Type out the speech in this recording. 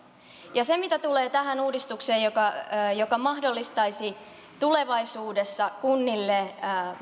ja mitä tulee tähän uudistukseen joka joka mahdollistaisi tulevaisuudessa kunnille